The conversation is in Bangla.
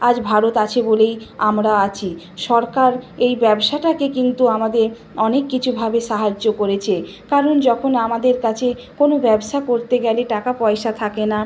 আজ ভারত আছে বলেই আমরা আছি সরকার এই ব্যবসাটাকে কিন্তু আমাদের অনেক কিছুভাবে সাহায্য করেছে কারণ যখন আমাদের কাছে কোনো ব্যবসা করতে গেলে টাকা পয়সা থাকে না